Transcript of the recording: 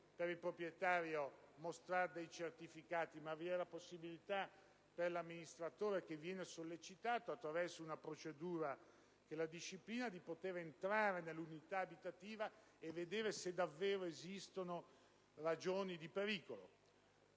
che il proprietario mostri dei certificati, ma vi è la possibilità per l'amministratore che venga sollecitato attraverso una procedura all'uopo definita di entrare nell'unità abitativa a vedere se davvero sussistono ragioni di pericolo.